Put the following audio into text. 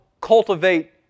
cultivate